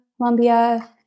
Colombia